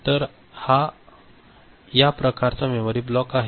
तर हा या प्रकारचा मेमरी ब्लॉक आहे